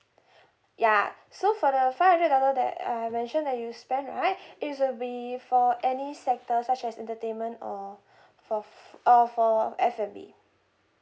ya so for the five hundred dollar that I've mention that you spent right is will be for any sector such as entertainment or for uh for F&B